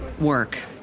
work